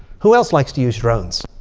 who else likes to use drones?